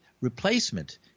replacement